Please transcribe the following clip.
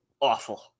awful